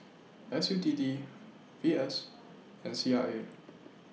S U T D V S and C R A